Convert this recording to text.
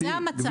זה המצב.